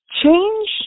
Change